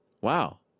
Wow